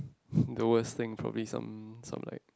the worst thing probably some some like